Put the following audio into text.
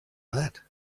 that